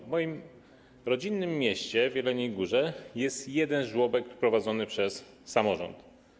W moim rodzinnym mieście, w Jeleniej Górze, jest jeden żłobek prowadzony przez samorząd.